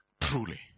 Truly